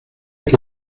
que